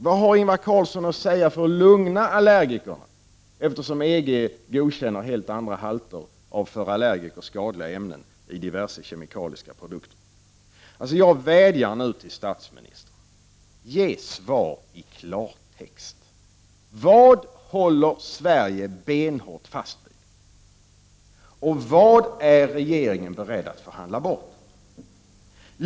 Vad har Ingvar Carlsson att säga för att lugna allergikerna, eftersom EG godkänner helt andra halter av för allergiker skadliga ämnen i diverse kemikaliska produkter? Jag vädjar nu till statsministern att ge svar i klartext. Vad håller Sverige benhårt fast vid? Vad är regeringen beredd att förhandla bort?